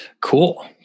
Cool